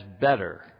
better